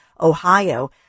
Ohio